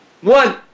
One